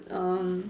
um